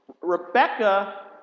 Rebecca